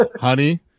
Honey